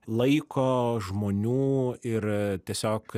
laiko žmonių ir tiesiog